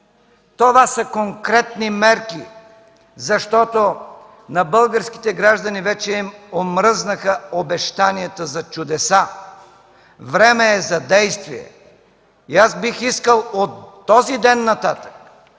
Това са конкретни мерки, защото на българските граждани вече им омръзнаха обещанията за чудеса. Време е за действие и аз бих искал от този ден нататък